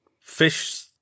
fish